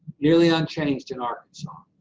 nearly unchanged in arkansas.